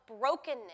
brokenness